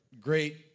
great